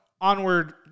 onward